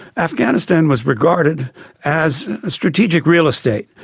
afghanistan was regarded as strategic real estate,